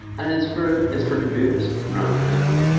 and it's for it's for computers? no,